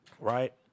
right